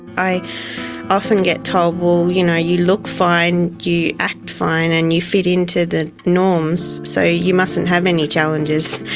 i often get told, well, you know you look fine, you act fine and you fit into the norms, so you mustn't have any challenges.